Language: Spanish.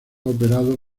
operado